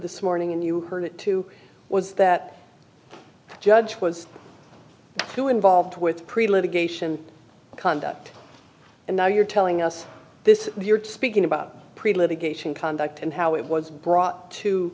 this morning and you heard it too was that the judge was too involved with pre litigation conduct and now you're telling us this you're speaking about pretty litigation conduct and how it was brought to